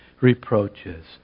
Reproaches